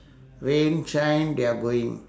rain shine they are going